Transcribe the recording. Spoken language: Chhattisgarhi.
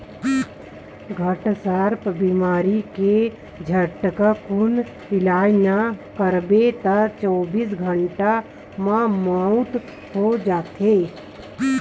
घटसर्प बेमारी के झटकुन इलाज नइ करवाबे त चौबीस घंटा म मउत हो जाथे